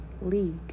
League